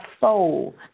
soul